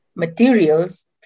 materials